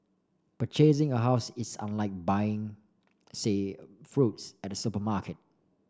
purchasing a house is unlike buying say fruits at supermarket